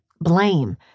blame